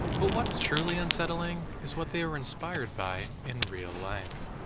but what's truly unsettling is what they were inspired by in real life.